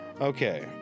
Okay